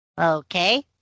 Okay